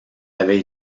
avait